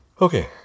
Okay